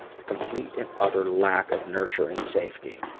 the complete and utter lack of nurture and safety.